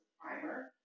primer